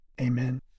Amen